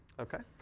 ok.